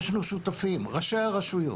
יש לנו שותפים ראשי הרשויות,